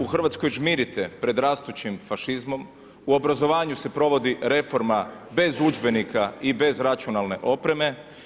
U Hrvatskoj žmirite pred rastućim fašizmom, u obrazovanju se provodi reforma bez udžbenika i bez računalne opreme.